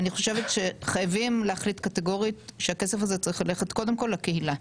אני חושבת שחייבים להחליט קטגורית שהכסף הזה צריך ללכת קודם כל לקהילה.